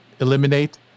eliminate